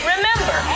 Remember